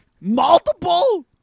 multiple